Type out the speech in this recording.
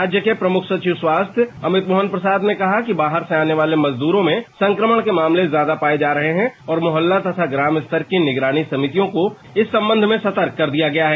राज्य के प्रमुख सचिव स्वास्थ्य अमित मोहन प्रसाद ने कहा कि बाहर से आने वाले मजदूरो में संक्रमण के मामले ज्यादा पाए जा रहे हैं और मोहल्ला तथा ग्राम स्तर की निगरानी समितियों को इस संबंध में सतर्क कर दिया गया है